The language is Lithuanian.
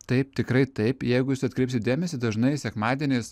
taip tikrai taip jeigu jūs atkreipsit dėmesį dažnai sekmadieniais